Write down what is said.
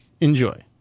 Enjoy